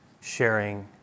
sharing